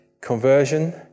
conversion